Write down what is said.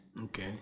Okay